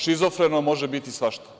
Šizofreno može biti svašta.